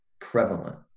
prevalent